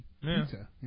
pizza